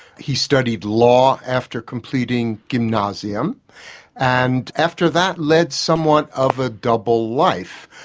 he studied law after completing gymnasium and after that led somewhat of a double life.